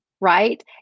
Right